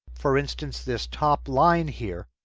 for instance, this top line here.